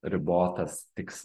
ribotas tiks